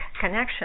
connection